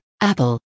Apple